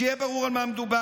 שיהיה ברור על מה מדובר.